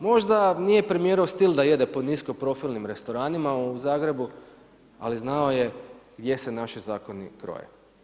Možda nije premijerov stil da jede po niskoprofilnim restoranima u Zagrebu, ali znao je gdje se naši zakoni kroje.